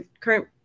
current